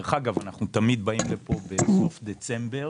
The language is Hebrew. דרך אגב, אנחנו תמיד באים לפה בסוף דצמבר